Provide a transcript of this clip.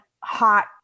hot